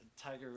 tiger